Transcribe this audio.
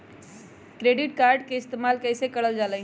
Credit card के इस्तेमाल कईसे करल जा लई?